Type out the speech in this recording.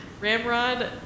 Ramrod